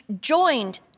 joined